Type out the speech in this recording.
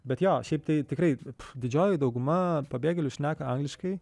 bet jo šiaip tai tikrai didžioji dauguma pabėgėlių šneka angliškai